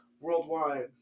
worldwide